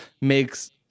makes